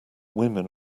women